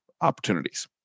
opportunities